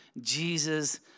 Jesus